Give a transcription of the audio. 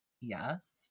yes